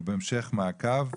ובהמשך מעקב,